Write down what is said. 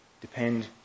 depend